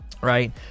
Right